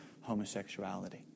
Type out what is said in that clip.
homosexuality